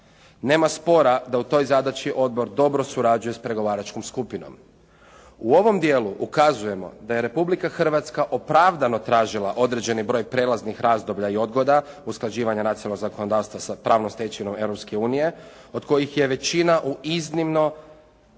Nema spora da u toj zadaći odbor dobro surađuje s pregovaračkom skupinom. U ovom dijelu ukazujemo da je Republike Hrvatska opravdano tražila određeni broj prijelaznih razdoblja i odgoda, usklađivanja nacionalnog zakonodavstva sa pravnom stečevinom Europske unije od kojih je većina u iznimno